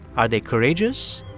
are they courageous,